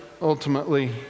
ultimately